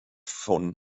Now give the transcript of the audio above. von